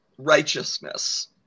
righteousness